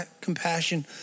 compassion